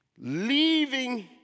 leaving